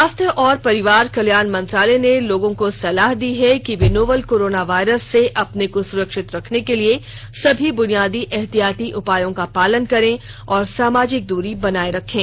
स्वास्थ्य और परिवार कल्याण मंत्रालय ने लोगों को सलाह दी है कि वे नोवल कोरोना वायरस से अपने को सुरक्षित रखने के लिए सभी बुनियादी एहतियाती उपायों का पालन करें और सामाजिक दूरी बनाए रखें